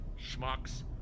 schmucks